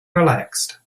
relaxed